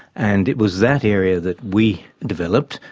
and it was that area that we developed.